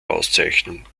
auszeichnung